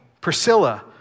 Priscilla